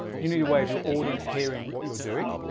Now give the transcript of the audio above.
you need a way of your audience hearing what you're doing.